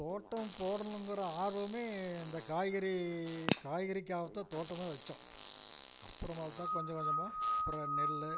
தோட்டம் போடணுங்கற ஆர்வமே அந்த காய்கறி காய்கறிக்காக தான் தோட்டமே வைச்சோம் அப்புறமா தான் கொஞ்சம் கொஞ்சமாக அப்புறம் நெல்